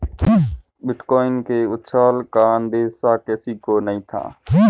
bitcoin के उछाल का अंदेशा किसी को नही था